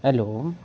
hello